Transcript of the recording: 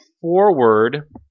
forward